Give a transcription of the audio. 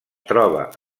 troba